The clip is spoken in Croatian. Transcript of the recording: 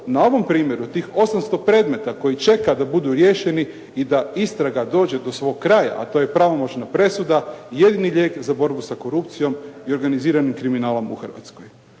na ovom primjeru tih 800 predmeta koji čeka da budu riješeni i da istraga dođe do svog kraja a to je pravomoćna presuda, jedini lijek za borbu sa korupcijom i organiziranim kriminalom u Hrvatskoj.